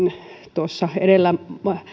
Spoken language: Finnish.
tuossa edellä